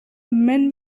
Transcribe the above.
men